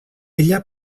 ella